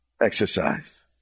exercise